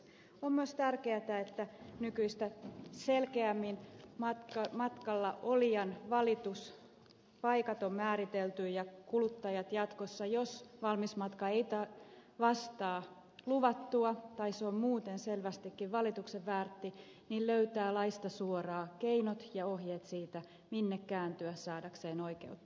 on myös tärkeätä että nykyistä selkeämmin matkalla olijan valituspaikat on määritelty ja kuluttajat jatkossa jos valmismatka ei vastaa luvattua tai se on muuten selvästikin valituksen väärti löytävät laista suoraan keinot ja ohjeet siitä minne kääntyä saadakseen oikeutta